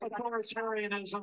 authoritarianism